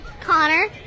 Connor